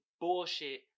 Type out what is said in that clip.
bullshit